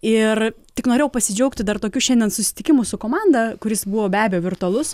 ir tik norėjau pasidžiaugti dar tokiu šiandien susitikimu su komanda kuris buvo be abejo virtualus